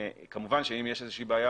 כמובן שאם יש איזושהי בעיה,